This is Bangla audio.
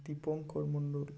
দীপঙ্কর মন্ডল